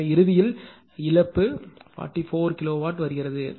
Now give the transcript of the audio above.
எனவே இறுதியில் இழப்பு 44 கிலோவாட் வருகிறது